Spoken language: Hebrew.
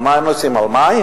על מה הם נוסעים, על מים?